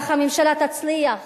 הממשלה תצליח